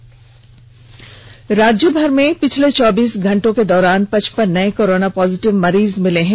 corona Jharkhand राज्य भर में पिछले चौबीस घंटे के दौरान पचपन नए कोरोना पॉजिटिव मरीज मिले हैं